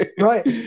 Right